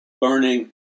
burning